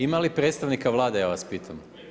Ima li predstavnika Vlade ja vas pitam?